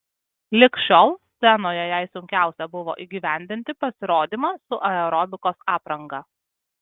lig šiol scenoje jai sunkiausia buvo įgyvendinti pasirodymą su aerobikos apranga